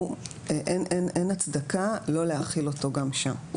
אין הצדקה לא להחיל אותו גם שם.